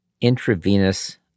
intravenous